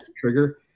trigger